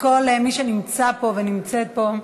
לכל מי שנמצא ונמצאת פה,